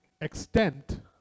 extent